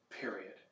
period